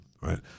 right